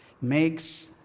makes